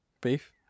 Beef